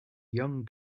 young